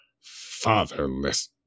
fatherless